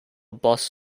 bus